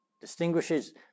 distinguishes